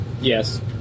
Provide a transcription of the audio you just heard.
Yes